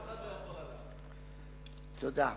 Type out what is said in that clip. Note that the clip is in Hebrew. תודה.